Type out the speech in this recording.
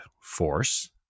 force